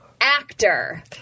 actor